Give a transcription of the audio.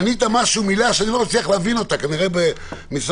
ענית מילה שאני לא מבין אותה - כנראה במשרד